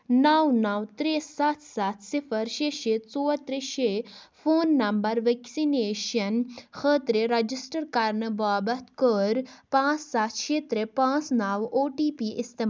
نَو نَو ترٛےٚ ستھ ستھ صفر شےٚ شےٚ ژور ترٛےٚ شےٚ فون نمبر ویٚکسِنیشن خٲطرٕ رجسٹر کرنہٕ بابتھ کٔر پانٛژھ ستھ شےٚ ترٛےٚ پانٛژھ نَو او ٹی پی استعمال